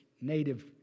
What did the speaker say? native